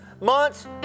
months